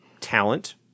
talent